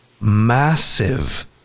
massive